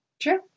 True